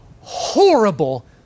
Horrible